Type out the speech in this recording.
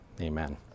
Amen